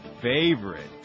favorite